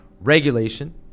Regulation